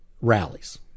Rallies